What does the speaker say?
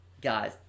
guys